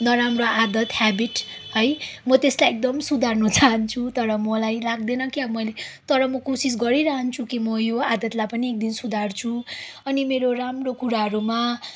नराम्रो आदत हेबिट है म त्यसलाई एकदम सुधार्न चाहन्छु तर मलाई लाग्दैन कि अब मैले तर म कोसिस गरिरहन्छु कि म यो आदतलाई पनि एक दिन सुधार्छु अनि मेरो राम्रो कुराहरूमा